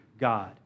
God